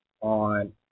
on